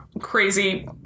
crazy